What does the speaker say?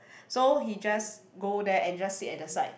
so he just go there and just sit at the side